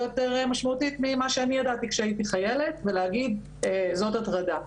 יותר משמעותית ממה שאני ידעתי כשהייתי חיילת ולהגיד "זאת הטרדה".